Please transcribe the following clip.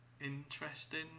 interesting